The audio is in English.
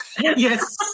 Yes